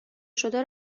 شده